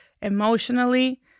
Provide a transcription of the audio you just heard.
emotionally